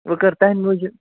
وۄنۍ کَرٕ تُہٕندِ موٗجوٗب